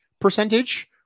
percentage